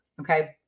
Okay